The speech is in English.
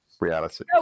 Reality